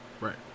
Right